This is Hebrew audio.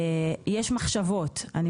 יש מחשבות.